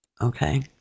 Okay